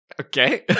Okay